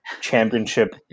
championship